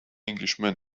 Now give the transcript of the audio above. englishman